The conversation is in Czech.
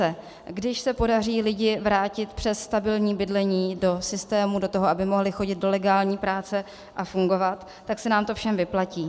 Zase když se podaří lidi vrátit přes stabilní bydlení do systému, do toho, aby mohli chodit do legální práce a fungovat, tak se nám to všem vyplatí.